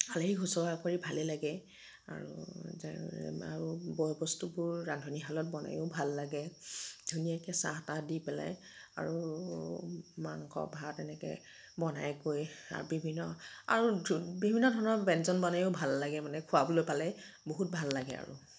আলহীক শুশ্ৰূষা কৰি ভালেই লাগে আৰু আৰু বয় বস্তুবোৰ ৰান্ধনিশালত বনায়ো ভাল লাগে ধুনীয়াকৈ চাহ তাহ দি পেলাই আৰু মাংস ভাত এনেকৈ বনাই কৰি আৰু বিভিন্ন আৰু বিভিন্ন ধৰণৰ ব্যঞ্জন বনাইয়ো ভাল লাগে মানে খুৱাবলৈ পালে বহুত ভাল লাগে আৰু